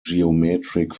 geometric